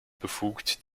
befugt